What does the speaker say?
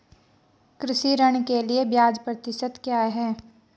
कृषि ऋण के लिए ब्याज प्रतिशत क्या है?